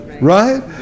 right